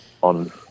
on